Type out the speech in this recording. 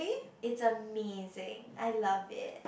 it's amazing I love it